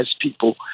people